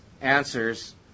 answers